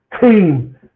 team